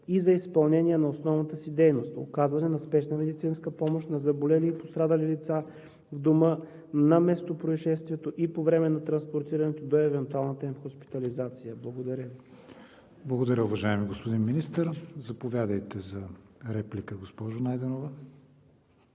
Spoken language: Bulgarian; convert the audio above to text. и за изпълнение на основната си дейност – оказване на спешна медицинска помощ на заболели и пострадали лица в дома на местопроизшествието и по време на транспортирането до евентуалната им хоспитализация. Благодаря. ПРЕДСЕДАТЕЛ КРИСТИАН ВИГЕНИН: Благодаря, уважаеми господин Министър. Заповядайте за реплика, госпожо Найденова.